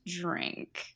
drink